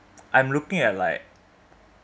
I'm looking at like